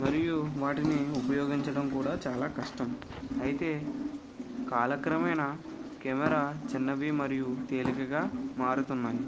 మరియు వాటిని ఉపయోగించడం కూడా చాలా కష్టం అయితే కాలక్రమేణా కెమెరా చిన్నవి మరియు తేలికగా మారుతున్నాయి